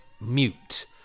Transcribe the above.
mute